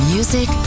Music